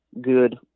good